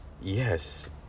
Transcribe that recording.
Yes